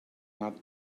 not